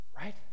right